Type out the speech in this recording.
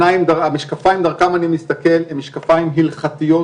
המשקפיים דרכם אני מסתכל הם משקפיים הלכתיים